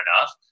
enough